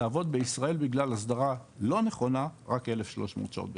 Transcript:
תעבוד בישראל בגלל הסדרה לא נכונה רק 1300 שעות בשנה.